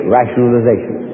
rationalization